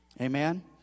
Amen